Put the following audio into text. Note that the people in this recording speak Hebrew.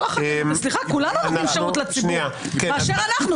סליחה, כולנו נותנים שירות לציבור באשר אנחנו.